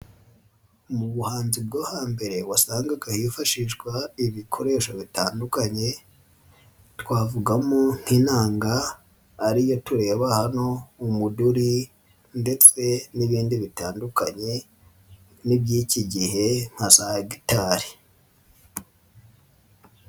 Mu buhanzi bwo hambere wasangaga hifashishwa ibikoresho bitandukanye twavugamo nk'inanga ari yo tureba hano, umuduri ndetse n'ibindi bitandukanye n'iby'iki gihe nka za gitari.